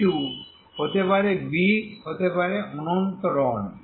কিছু হতে পারে B হতে পারে অনন্ত রড